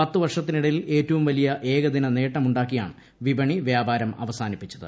പത്തുവർഷത്തിനിടയിൽ ഏറ്റവും വലിയ ഏകദിന നേട്ടമൂണ്ടാക്കിയാണ് വിപണി വ്യാപാരം അവസാനിപ്പിച്ചത്